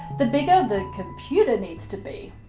the bigger the computer needs to be.